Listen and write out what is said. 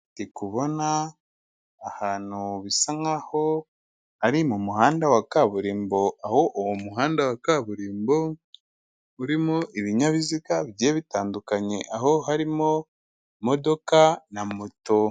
Ndi kubona ahantu bisa nkaho ari mu muhanda wa kaburimbo, aho uwo muhanda wa kaburimbo urimo ibinyabiziga bigiye bitandukanye aho harimo imodoka na moto.